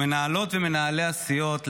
למנהלות ומנהלי הסיעות,